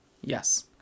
Yes